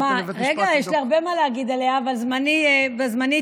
יש לי הרבה מה להגיד עליה אבל זמני תם.